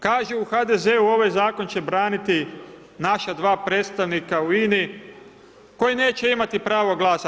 Kažu u HDZ-u ovaj zakon će braniti naša dva predstavnika u INA-i koji neće imati pravo glasa.